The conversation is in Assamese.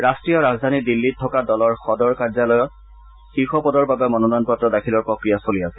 ৰাষ্ট্ৰীয় ৰাজধানী দিল্লীত থকা দলৰ সদৰ কাৰ্যালয়ত দলৰ শীৰ্ষ পদৰ বাবে মনোনয়ন পত্ৰ দাখিলৰ প্ৰক্ৰিয়া চলি আছে